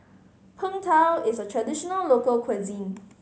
Png Tao is a traditional local cuisine